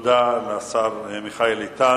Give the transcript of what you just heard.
תודה לשר מיכאל איתן.